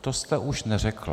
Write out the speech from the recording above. To jste už neřekla.